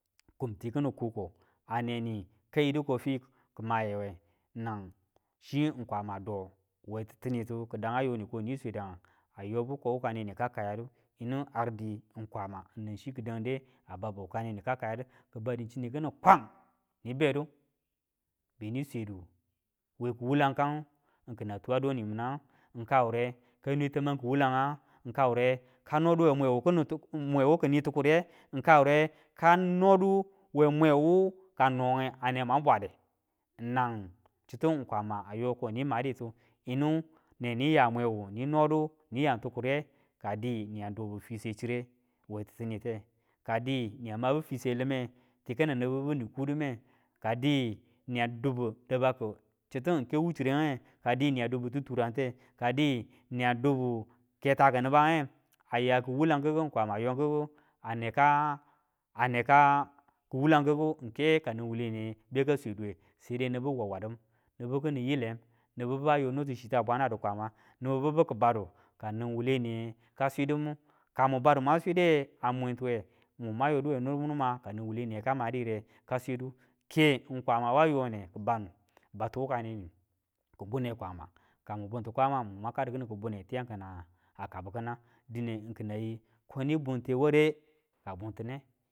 Kum tikini kuko a neni kayidu kofi kimaye we, nang chi kwama do we titinitu ki dang a yoni ko ni swedangu. a yobu ko wukaneni ka kayadu yinu di kwama nang chi ki dangde a babu wani ka kayadu, ki badu chini kini kwang ni bedu beni swedu we ki wulang kangu kina tuwa doniminangu ng ka wure ka nwe tamong kiwu langu, ka wure ka nodi we mwe wu kini tukuriye, ng kawure ka nodu we mwewu kang nonge a ne mwang bwade, nang chitu kwama yo ko ni maditu, yinu nemi ya mweu ni nodu ni yan tukuriye, kadi niyan dobu fiswe chire we titimite. Kadi niyan mabu fiswe limeti kini nibu bibu ni kudinme ka di niya dubi dabaku chitu ng ke wu chirenge, ka di niyan dubu titurante ka di niyan dubu ketaku nibange aya ki wulang kiku kwama yo kiku a neka, aneka kuwulang kiku ng ke kanang wuwule niye beka sweduwe sede nibu wawadin nibu kani yilem, nibu biba yoniti chita bwana di kwama, nibu biba ki badu ka nang wawule niye ka swidu mu ka mun badu mwan swide a mwin tuwe mun mwan yodiwe nurmumi ma kanan wuwuleniye ka madi yire ka siridu, ke ng kwamawa yone ki banu ki bati wuka ni, kibune kwama ka mun bunti kwama mun mwan kadu kini kibune tiyangu kina kabu kinangu dine kina yi koni bunte ware kina buntine.